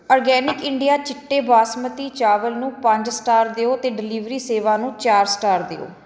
organic India ਚਿੱਟੇ ਬਾਸਮਤੀ ਚਾਵਲ ਨੂੰ ਪੰਜ ਸਟਾਰ ਦਿਓ ਅਤੇ ਡਿਲੀਵਰੀ ਸੇਵਾ ਨੂੰ ਚਾਰ ਸਟਾਰ ਦਿਓ